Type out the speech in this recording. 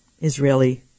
Israeli